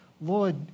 Lord